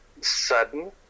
sudden